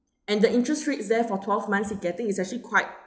and the interest rates there for twelve months he getting is actually quite